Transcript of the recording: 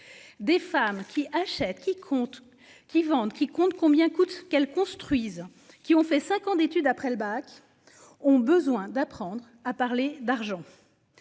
Des femmes qui achètent qui compte qui vendent, qui compte combien coûte qu'elles construisent, qui ont fait 5 ans d'études après le bac ont besoin d'apprendre à parler d'argent.